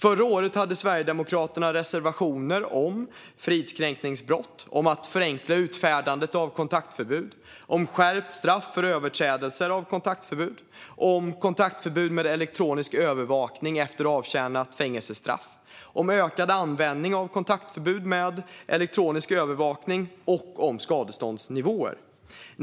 Förra året hade Sverigedemokraterna reservationer om fridskränkningsbrott, om att förenkla utfärdandet av kontaktförbud, om skärpt straff för överträdelser av kontaktförbud, om kontaktförbud med elektronisk övervakning efter avtjänat fängelsestraff, om ökad användning av kontaktförbud med elektronisk övervakning och om skadeståndsnivåer.